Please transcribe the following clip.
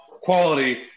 quality